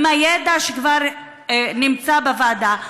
עם הידע שכבר נמצא בוועדה,